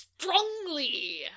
strongly